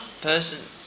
person